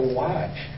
watch